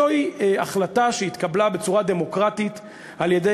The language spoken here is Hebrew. זוהי החלטה שהתקבלה בצורה דמוקרטית על-ידי